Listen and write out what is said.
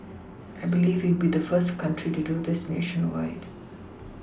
I believe we will be the first country to do this nationwide